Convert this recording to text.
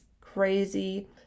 crazy